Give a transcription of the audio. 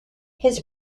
his